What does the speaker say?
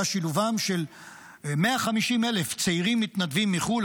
שילובם 150,000 צעירים מתנדבים מחו"ל.